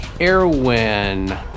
Erwin